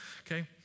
Okay